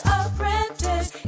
apprentice